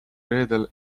reedel